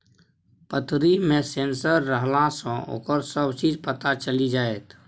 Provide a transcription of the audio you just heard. पतरी मे सेंसर रहलासँ ओकर सभ चीज पता चलि जाएत